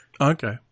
Okay